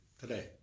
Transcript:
today